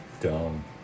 dumb